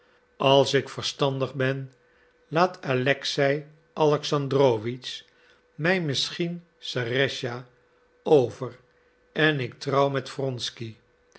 als ik verstandig ben laat alexei alexandrowitsch mij misschien serëscha over en ik trouw met wronsky